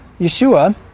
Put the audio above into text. Yeshua